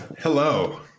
Hello